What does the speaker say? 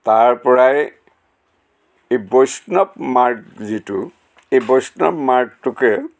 তাৰ পৰাই এই বৈষ্ণৱ মাৰ্গ যিটো এই বৈষ্ণৱ মাৰ্গটোকে